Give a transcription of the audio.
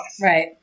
Right